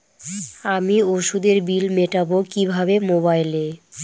আমি ওষুধের বিল মেটাব কিভাবে মোবাইলে?